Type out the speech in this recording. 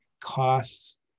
costs